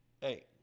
Hey